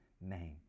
name